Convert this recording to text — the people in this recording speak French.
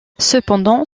cependant